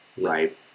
right